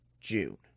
June